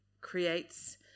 creates